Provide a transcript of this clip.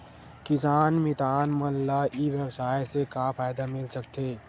किसान मितान मन ला ई व्यवसाय से का फ़ायदा मिल सकथे?